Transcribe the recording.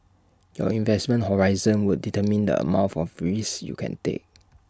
your investment horizon would determine the amount of risks you can take